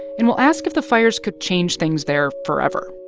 and we'll ask if the fires could change things there forever.